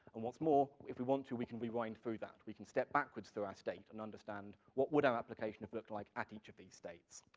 and what's more, if we want to, we can rewind through that. we can step backwards through our state and understand, what would our application have looked like at each of these states?